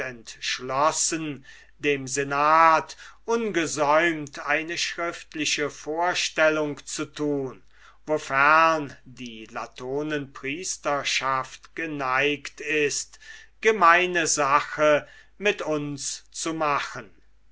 entschlossen dem senat ungesäumt eine schriftliche vorstellung zu tun wofern die latonenpriesterschaft geneigt ist gemeine sache mit uns zu machen